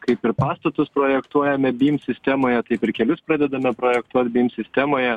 kaip ir pastatus projektuojame bym sistemoje taip ir kelius pradedame projektuot bym sistemoje